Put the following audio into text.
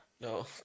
No